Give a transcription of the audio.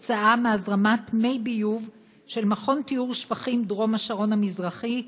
עקב הזרמת מי ביוב של מכון טיהור שפכים דרום השרון המזרחי,